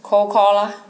cold call lor